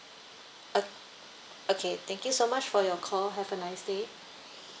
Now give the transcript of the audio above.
ok~ okay thank you so much for your call have a nice day